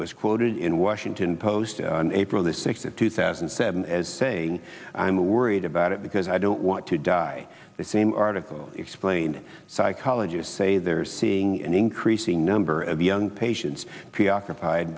was quoted in washington post april the sixth of two thousand and seven as saying i'm worried about it because i don't want to die the same article explained psychologist say they're seeing an increasing number of young patients preoccupied